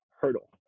hurdle